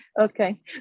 okay